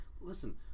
Listen